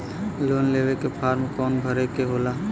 Loan लेवे के form कौन भरे के होला?